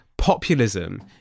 Populism